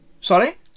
sorry